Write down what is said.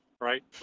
Right